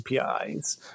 APIs